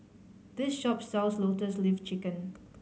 this shop sells Lotus Leaf Chicken